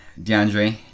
deandre